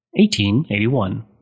1881